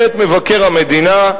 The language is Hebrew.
יהיה מבקר המדינה,